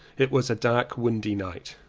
it was a dark windy night.